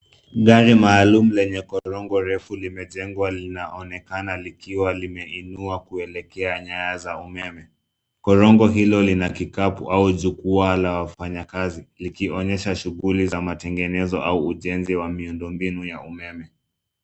Gari maalum lenye korongo refu limejengwa, linaonekana likiwa limeinua kuelekea nyaya za umeme. Korongo hilo lina kikapu au jukwaa la wafanyakazi likionyesha shughuli za matengenezo au ujenzi wa miundo mbinu ya umeme.